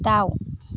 दाउ